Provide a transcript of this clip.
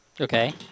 Okay